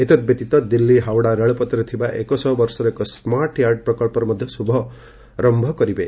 ଏତଦ୍ ବ୍ୟତୀତ ଦିଲ୍ଲୀ ହାଓଡ଼ା ରେଳପଥରେ ଥିବା ଏକ ଶହ ବର୍ଷର ଏକ ସ୍କାର୍ଟ ୟାର୍ଡ ପ୍ରକଳ୍ପର ମଧ୍ୟ ଶୁଭାରମ୍ଭ କରିବେ